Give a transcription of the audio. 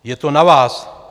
Je to na vás.